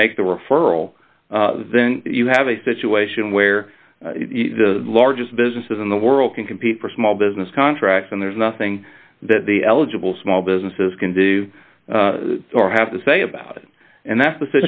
and make the referral then you have a situation where the largest businesses in the world can compete for small business contracts and there's nothing that the eligible small businesses can do or have to say about it and that's the